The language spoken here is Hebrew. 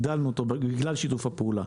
הגדלנו אותו בגלל שיתוף הפעולה.